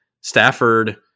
Stafford